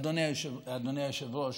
אדוני היושב-ראש,